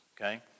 Okay